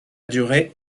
duré